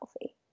healthy